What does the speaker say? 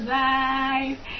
life